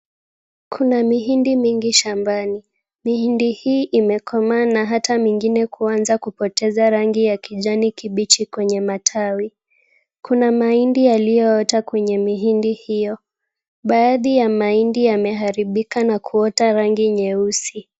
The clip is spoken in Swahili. Kuna mihindi mingi shambani. Mihindi hii imekomaa na hata mingine kuanza kupoteza rangi ya kijani kimbichi kwenye matawi. Kuna mahindi yaliyoota kwenye mihindi hiyo. Baadhi ya mahindi yameharibika na kuota rangi nyeusi.